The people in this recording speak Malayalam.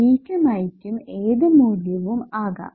V യ്ക്കും I യ്ക്കും ഏത് മൂല്യവും ആകാം